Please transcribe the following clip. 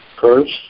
First